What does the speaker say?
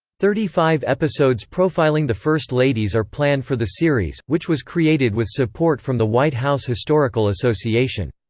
thirty five episodes profiling the first ladies are planned for the series, which was created with support from the white house historical association.